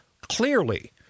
clearly